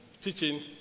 teaching